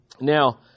Now